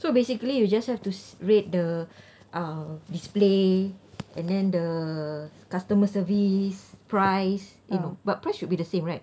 so basically you just have to rate the uh display and then the customer service price you know but price should be the same right